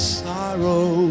sorrow